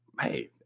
hey